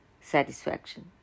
satisfaction